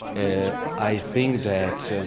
ah i think that,